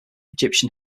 egyptian